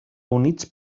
units